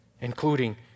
including